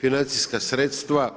Financijska sredstva